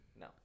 No